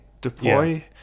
deploy